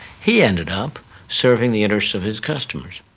he ended up serving the interests of his customers.